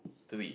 three